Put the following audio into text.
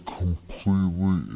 completely